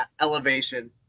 Elevation